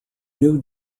new